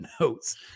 notes